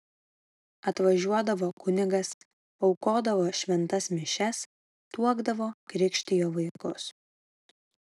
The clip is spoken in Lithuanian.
atvažiuodavo kunigas aukodavo šventas mišias tuokdavo krikštijo vaikus